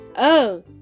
Oh